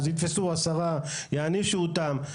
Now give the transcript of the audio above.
אז יתפסו עשרה ויענישו אותם,